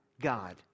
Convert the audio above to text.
God